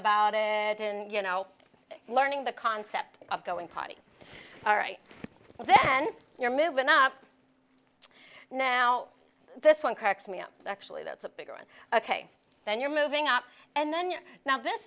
about it and you know learning the concept of going potty all right then you're movin up now this one cracks me up actually that's a bigger one ok then you're moving up and then now this